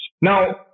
Now